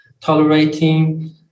tolerating